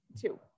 two